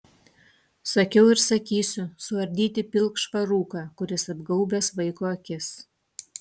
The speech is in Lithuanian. sakiau ir sakysiu suardyti pilkšvą rūką kuris apgaubęs vaiko akis